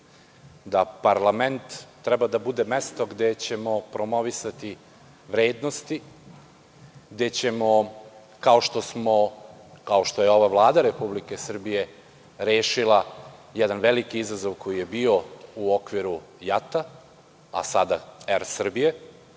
da parlament treba da bude mesto gde ćemo promovisati vrednosti, gde ćemo, kao što je ova Vlada Republike Srbije rešila jedan veliki izazov koji je bio u okviru JAT, a sada Er Srbije,